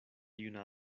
juna